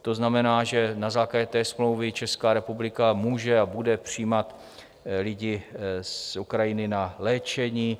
To znamená, že na základě té smlouvy Česká republika může a bude přijímat lidi z Ukrajiny na léčení.